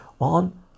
on